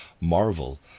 marvel